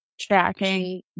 tracking